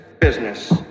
business